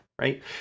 right